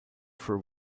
for